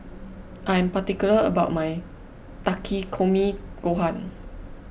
I am particular about my Takikomi Gohan